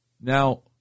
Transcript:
Now